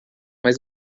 mas